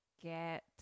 get